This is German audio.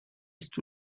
ist